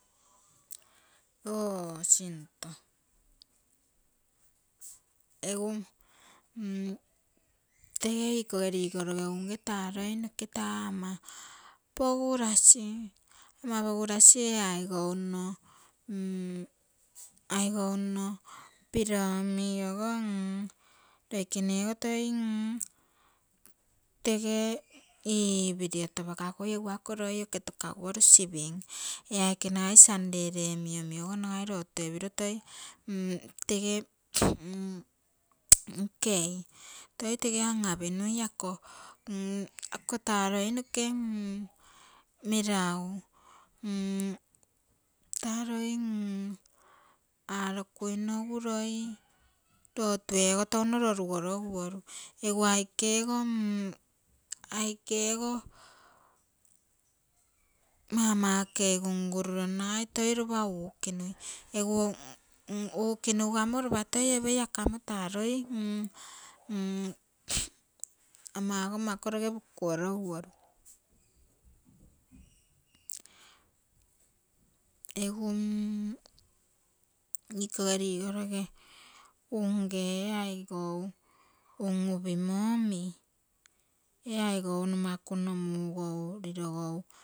Noo sinto egu tegeikoge ligoroge urge taa loinoke taa ama pogurasi, ama pogurasi ee aigou nno, aigou nno piro omi loikenego toi mm tege iipirio topakakui, egu ako loi oke takaguoru sipim, ee aike nagai ed omi ogo nagai lotue piro toi tege nkei, toi tege an-apinui ako taa loinoke meragui taa loik, arokuinogu loi lotue ogo touno lorugoroguo ru egu aike ogo, aike ogo mamakeigu ngururo nagai toi lopa ukinui, egu ukinugu amo lopa toi opei, ako amo taa loi ama ogo ama koroge pukuo roguoru. Egu ikoge rigoroge unge ee aigou un-upimo omi ee aigou nomaku nno mugou lirogou.